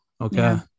Okay